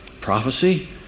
prophecy